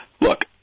look